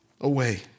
away